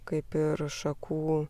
kaip ir šakų